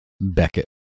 Beckett